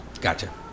Gotcha